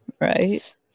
right